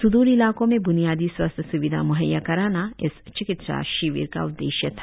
सुदुर इलाकों में ब्नियादी स्वास्थ्य स्विधा म्हैय्या कराना इस चिकित्सा शिविर का उद्देश्य था